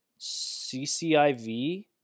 cciv